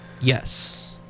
Yes